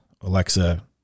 Alexa